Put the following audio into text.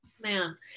man